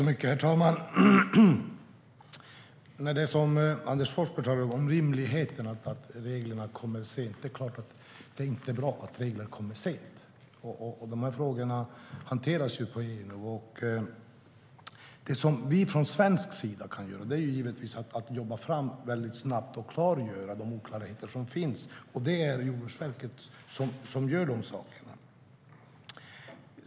Herr talman! Anders Forsberg talar om rimligheten i att reglerna kommer sent. Det är klart att det inte är bra att regler kommer sent. Dessa frågor hanteras på EU-nivå. Det som vi från svensk sida kan göra är givetvis att jobba väldigt snabbt med att klargöra de oklarheter som finns. Det är Jordbruksverket som gör de sakerna.